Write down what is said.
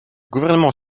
gouvernement